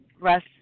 Russ